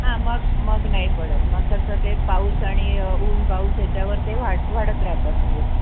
हां मग मग नाही पडत मग कसं ते पाऊस आणि ऊन पाऊस ह्याच्यावर ते वाढ वाढत राहतं म्हणजे